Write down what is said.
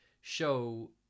show